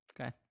Okay